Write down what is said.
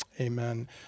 Amen